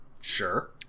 Sure